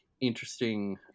interesting